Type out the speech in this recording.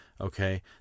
Okay